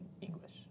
English